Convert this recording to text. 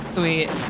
Sweet